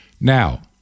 Now